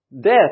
death